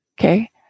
Okay